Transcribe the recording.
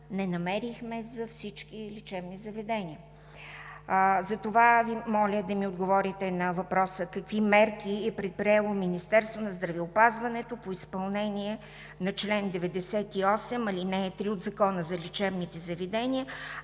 не намерихме за всички лечебни заведения. Затова Ви моля да ми отговорите на въпроса: какви мерки е предприело Министерството на здравеопазването по изпълнение на чл. 98, ал. 3 от Закона за лечебните завесения,